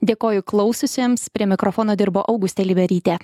dėkoju klausiusiems prie mikrofono dirbo augustė liberytė